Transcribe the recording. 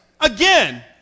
again